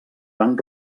van